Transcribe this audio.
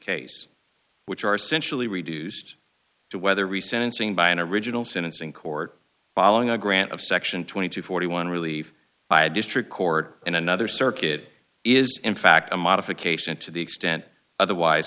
case which are essentially reduced to whether re sentencing by an original sentence in court following a grant of section twenty two forty one relief by a district court in another circuit is in fact a modification to the extent otherwise